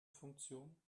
funktion